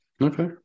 okay